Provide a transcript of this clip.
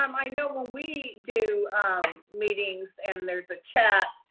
um i know when we do meetings and there's a chat,